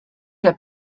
der